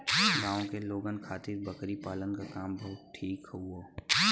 गांव के लोगन खातिर बकरी पालना क काम बहुते ठीक हौ